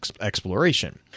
exploration